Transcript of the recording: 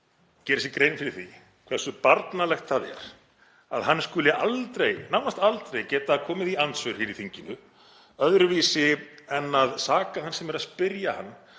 geri sér grein fyrir því hversu barnalegt það er að hann skuli aldrei, nánast aldrei, geta komið í andsvör í þinginu öðruvísi en að ásaka þann sem er að spyrja hann